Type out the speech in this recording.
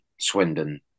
Swindon